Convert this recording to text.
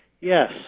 Yes